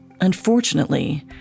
Unfortunately